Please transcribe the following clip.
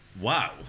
Wow